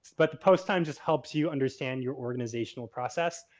but the post time just helps you understand your organizational process.